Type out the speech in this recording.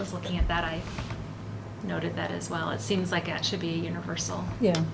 was looking at that i noticed that as well it seems like it should be universal yeah